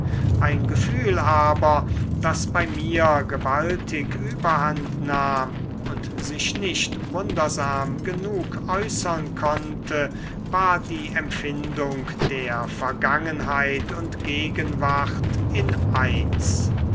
ein gefühl aber das bei mir gewaltig überhand nahm und sich nicht wundersam genug äußern konnte war die empfindung der vergangenheit und gegenwart in eins